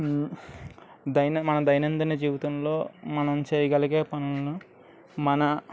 దైైన మన దైైనందిక జీవితంలో మనం చేయగలిగే పనులు మన